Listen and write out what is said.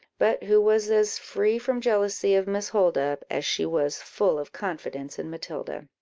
but who was as free from jealousy of miss holdup, as she was full of confidence in matilda.